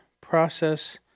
process